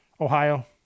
Ohio